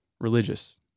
religious